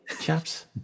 chaps